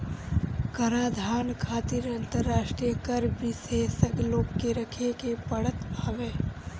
कराधान खातिर अंतरराष्ट्रीय कर विशेषज्ञ लोग के रखे के पड़त हवे